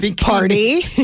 Party